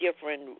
Different